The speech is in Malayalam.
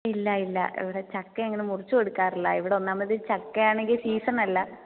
ഇല്ല ഇല്ല ഇവിടെ ചക്ക അങ്ങനെ മുറിച്ച് കൊടുക്കാറില്ല ഇവിടെ ഒന്നാമത് ചക്ക ആണെങ്കിൽ സീസൺ അല്ല